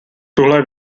tuhle